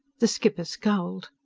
the skipper scowled.